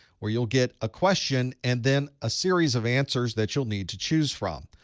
where you'll get a question and then a series of answers that you'll need to choose from.